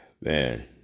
man